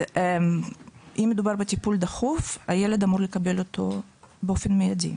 אם מדובר בטיפול דחוף הילד אמור לקבל אותו באופן מיידי.